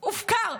הופקר.